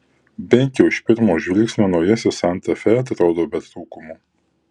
bent jau iš pirmo žvilgsnio naujasis santa fe atrodo be trūkumų